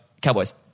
Cowboys